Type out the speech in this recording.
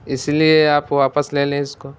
اسی لیے آپ واپس لے لیں اس کو